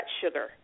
sugar